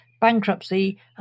bankruptcy